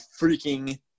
freaking